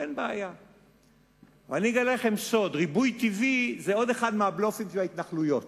אני אגלה לכם סוד: ריבוי טבעי זה עוד אחד מהבלופים של ההתנחלויות.